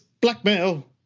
blackmail